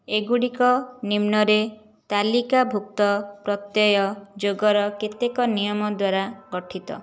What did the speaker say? ଏଗୁଡ଼ିକ ନିମ୍ନରେ ତାଲିକାଭୁକ୍ତ ପ୍ରତ୍ୟୟ ଯୋଗର କେତେକ ନିୟମ ଦ୍ୱାରା ଗଠିତ